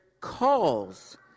calls